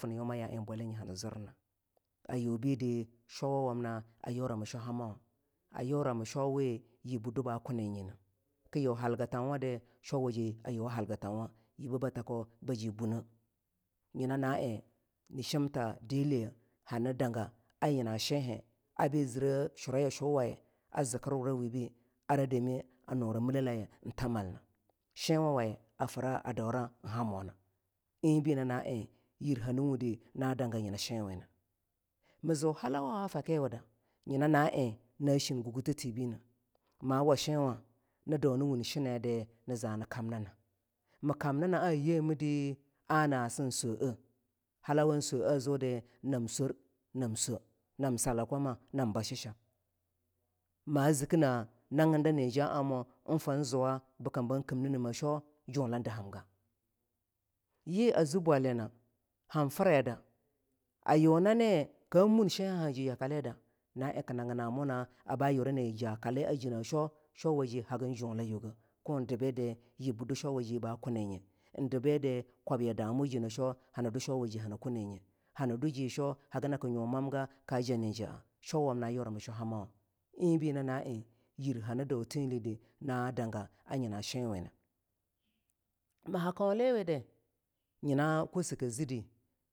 Fin yoma ya eing bwalyanye ani zirna shwawawamna a yurami shwa hamawa. Kiyu halgatauwa di shwawa waje ayuwa halgatauwa ibe be takoh baji bunneh, nyina na eing ni shimta deleh yeh hani danga a yina shentena abi zire yashuwaye zikirwurawi bine ara dami a nura milalayi talna, shenwaye fira a daruan hamona eing be nyina eing yir hani wundi na danga yina shenwena mi zu halauyawa fakiwuda yina eing na shin gugutatibine, ma washinwa ni dau ni wun shinneda nizeni kamna na' mii kamni naada a yemide ahna sen swo eh hala wan swoa eah zuda nan swor nam swo, nam sallah kwamna nam ba shehsan ma zikineah nagin najaamoh in fin zuwa bikim buh. kimnineme sheaw junlun dahinge yi a zi bwalyina hanfireda Yunani kaa un shenhaji yakaleda na eing ki naginamuna ba ura ni ja kaliaji sheaw shwawaje hagin junlayuge en dibeda kwabya, damu jine sheaw hani due shwawaji hani kunninye hani dujine sheaw haginaki nyu mamga ka jaa ni jaah swawamna ayurami shwa hannawa eing be nyina na eing yir ani dau telide na danga a nyina shenwena.